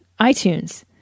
iTunes